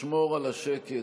לשמור על השקט.